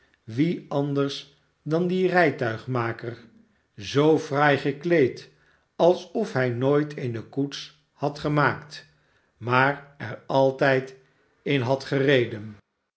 wien anders dan dien rijtuigmaker zoo fraai gekleed alsof hij nooit eene koets had gemaakt maar er altijd in had gereden